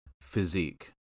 physique